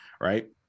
right